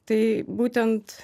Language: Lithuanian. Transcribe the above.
tai būtent